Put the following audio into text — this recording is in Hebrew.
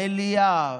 מליאה,